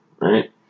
Right